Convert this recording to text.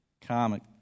comic